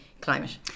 climate